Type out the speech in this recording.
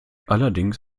allerdings